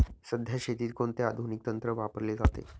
सध्या शेतीत कोणते आधुनिक तंत्र वापरले जाते?